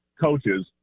coaches